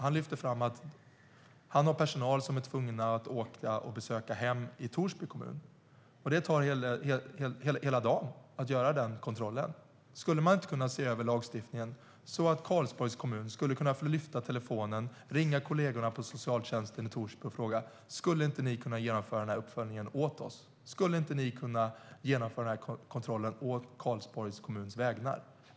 Han lyfte fram att han har personal som är tvungen att åka och besöka hem i Torsby kommun. Det tar hela dagen att göra den kontrollen. Skulle man inte kunna se över lagstiftningen så att Karlsborgs kommun kan lyfta telefonluren, ringa kollegorna på socialtjänsten i Torsby och fråga: Skulle inte ni kunna genomföra uppföljningen åt oss? Skulle inte ni kunna genomföra kontrollen å Karlsborgs kommuns vägnar?